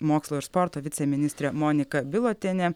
mokslo ir sporto viceministrė monika bilotienė